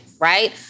Right